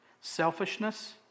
Selfishness